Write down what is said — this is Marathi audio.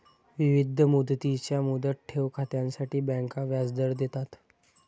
विविध मुदतींच्या मुदत ठेव खात्यांसाठी बँका व्याजदर देतात